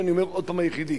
ואני אומר עוד פעם: היחידי,